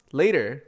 later